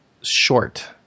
short